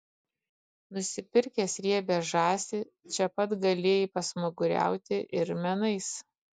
nusipirkęs riebią žąsį čia pat galėjai pasmaguriauti ir menais